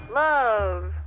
love